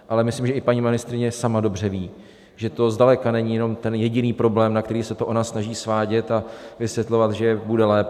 Ale myslím, že i paní ministryně sama dobře ví, že to zdaleka není jenom ten jediný problém, na který se to ona snaží svádět a vysvětlovat, že bude lépe.